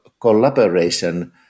collaboration